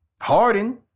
Harden